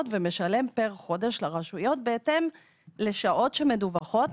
ומשלם פר חודש לרשויות בהתאם לשעות שמדווחות